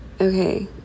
Okay